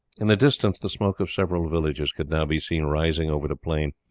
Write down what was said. in the distance the smoke of several villages could now be seen rising over the plain,